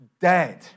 dead